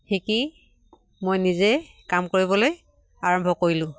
শিকি মই নিজে কাম কৰিবলৈ আৰম্ভ কৰিলোঁ